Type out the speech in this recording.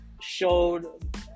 showed